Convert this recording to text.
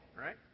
right